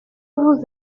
vous